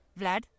Vlad